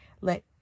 let